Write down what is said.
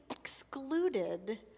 excluded